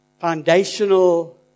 foundational